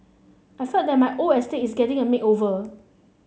I feel that my old estate is getting a makeover